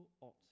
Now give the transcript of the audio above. ought